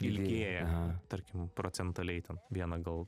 ilgėja tarkim procentaliai ten vieną gal